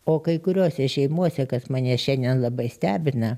o kai kuriose šeimose kas mane šiandien labai stebina